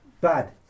bad